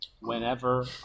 whenever